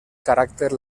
caràcter